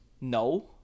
no